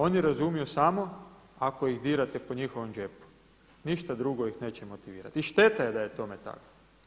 Oni razumiju samo ako ih dirate po njihovom džepu, ništa drugo ih neće motivirati i šteta je da je tome tako.